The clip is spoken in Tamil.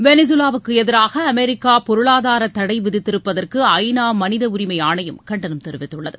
வெனிசுவாவுக்கு எதிராக அமெரிக்கா பொருளாதார தடை விதித்திருப்பதற்கு ஐ நா மனித உரிமை ஆணையம் கண்டனம் தெரிவித்துள்ளது